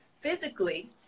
physically